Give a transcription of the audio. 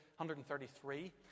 133